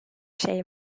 şey